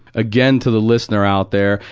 again to the listener out there,